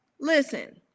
listen